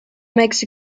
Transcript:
makes